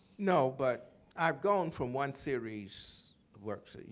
no, but i've gone from one series of works.